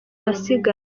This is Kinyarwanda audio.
ahasigaye